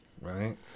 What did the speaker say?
Right